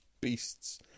beasts